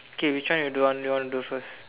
okay which one you don't want do you want to do first